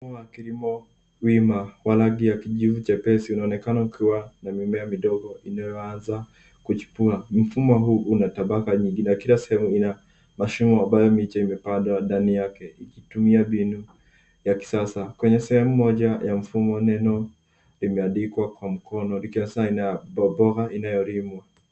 Mfumo wa kilimo wima wa rangi ya kijivu chepesi unaonekana ukiwa na mimea midogo inayoweza kuchipua. Mfumo huu una tabaka nyingi na kila sehemu ya mashimo ambayo miche imepandwa ndani yake ikitumia mbinu ya kisasa. Kwenye sehemu moja ya mfumo neno limeandikwa kwa mkono likiasa boboha inayolimwa.